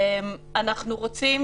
אנחנו חושבים